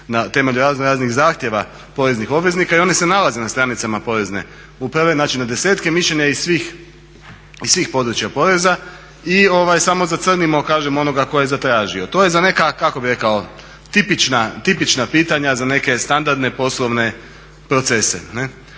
temeljem raznoraznih zahtjeva poreznih obveznika i oni se nalaze na stranicama porezne uprave, znači na desetke mišljenja iz svih područja poreza i samo zacrnimo onoga koji je zatražio. To je za neka kako bi rekao tipična pitanja za neke standardne poslovne procese